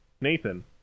Nathan